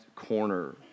corner